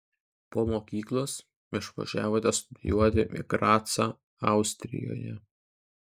po mokyklos išvažiavote studijuoti į gracą austrijoje